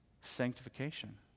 sanctification